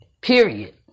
period